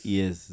Yes